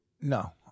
No